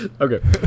Okay